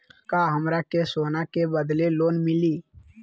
का हमरा के सोना के बदले लोन मिलि?